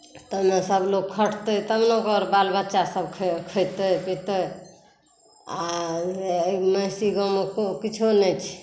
तबने सब लोक खटतै तबने ओकर बाल बच्चा सब खएतै पितै आओर एहि महिसी गाँवमे किछु नहि छै